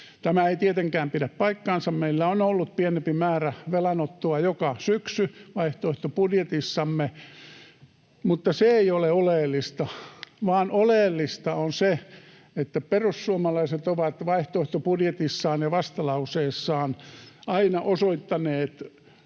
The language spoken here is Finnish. Tämä ei tietenkään pidä paikkaansa. Meillä on ollut pienempi määrä velanottoa joka syksy vaihtoehtobudjetissamme, mutta se ei ole oleellista, vaan oleellista on se, että perussuomalaiset ovat vaihtoehtobudjetissaan ja vastalauseessaan aina osoittaneet